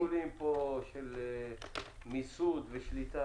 זה לא שיקולים של מיסוד ושליטה?